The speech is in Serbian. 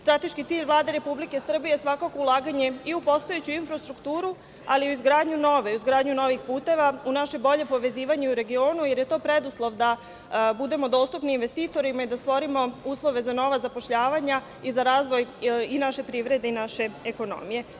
Strateški cilj Vlade Republike Srbije je svakako ulaganje i u postojeću infrastrukturu, ali i u izgradnju nove, u izgradnju novih puteva, u naše bolje povezivanje u regionu, jer je to preduslov da budemo dostupni investitorima i da stvorimo uslove za nova zapošljavanja i za razvoj i naše privrede i naše ekonomije.